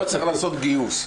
לא צריך לעשות גיוס,